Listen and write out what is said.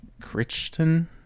Crichton